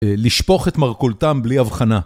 לשפוך את מרכולתם בלי הבחנה